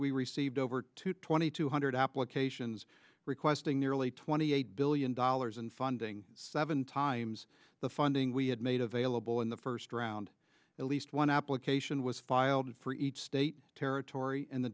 we received over two twenty two hundred applications requesting nearly twenty eight billion dollars in funding seven times the funding we had made available in the first round at least one application was filed for each state territory and the